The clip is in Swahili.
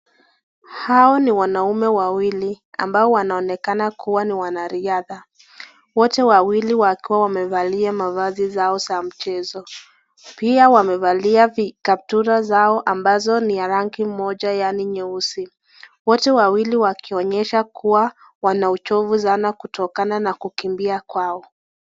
Hawa ni wanaume wawili ambao wanaonekana kuwa ni wanariadha. Wote wawili wakiwa wamevalia mavazi zao za mchezo pia wamevalia kaptura zao ambazo ni ya rangi moja yaani nyeusi wote wawili wakionyesha kuwa wana uchovu sana kutokana na kukimbia kwao.